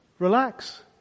Relax